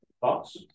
Thoughts